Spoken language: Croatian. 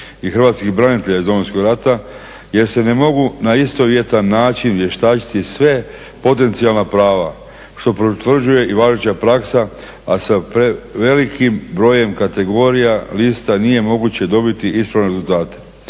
Hrvatskih branitelja iz Domovinskog rata jer se ne mogu na istovjetan način vještačiti sve potencijalna prava što potvrđuje i važeća praksa, a sa prevelikim brojem kategorija lista nije moguće dobiti ispravne rezultate,